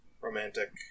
romantic